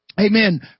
Amen